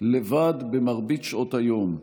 לבד במרבית שעות היום,